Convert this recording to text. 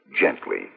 gently